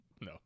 No